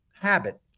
habit